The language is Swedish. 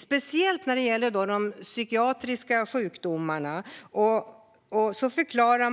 speciellt när det gäller de psykiatriska sjukdomarna.